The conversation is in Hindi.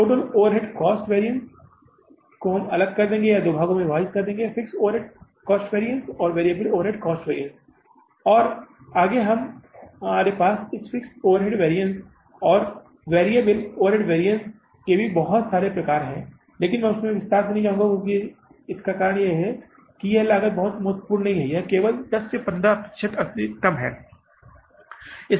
टोटल ओवरहेड कॉस्ट वेरिएशन को हम अलग कर देंगे या दो भागो में बाँट देंगे कि फिक्स्ड ओवरहेड कॉस्ट वैरिअन्स और वेरिएबल ओवरहेड कॉस्ट वैरिअन्स और आगे हमारे पास इस फिक्स्ड ओवरहेड वैरिअन्स और रिएबल ओवरहेड वैरिअन्स के भी बहुत सारे प्रकार हैं लेकिन मैं उसमे उस विस्तार से नहीं जाऊंगा क्योंकि इसका कारण यह है कि यह लागत बहुत ही महत्वपूर्ण नहीं है केवल 10 15 प्रतिशत अधिकतम है